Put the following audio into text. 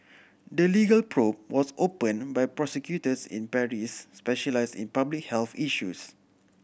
the legal probe was opened by prosecutors in Paris specialised in public health issues